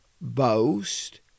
boast